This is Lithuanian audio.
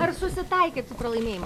ar susitaikėt su pralaimėjimu